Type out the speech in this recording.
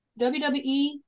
WWE